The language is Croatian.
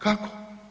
Kako?